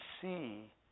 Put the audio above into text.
see